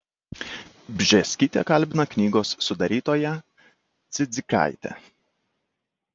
bžėskytė kalbina knygos sudarytoją cidzikaitę